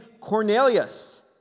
Cornelius